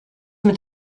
mit